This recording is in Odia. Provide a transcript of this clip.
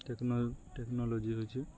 ଟେକ୍ନୋ ଟେକ୍ନୋଲୋଜି ହଉଛି